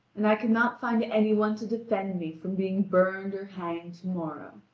and i cannot find any one to defend me from being burned or hanged to-morrow.